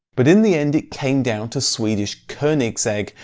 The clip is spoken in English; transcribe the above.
but in the end, it came down to swedish koenigsegg,